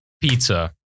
Pizza